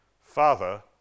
Father